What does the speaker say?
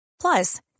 Plus